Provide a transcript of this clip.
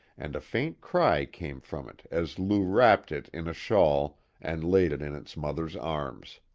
and a faint cry came from it as lou wrapped it in a shawl and laid it in its mother's arms.